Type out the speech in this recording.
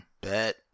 Bet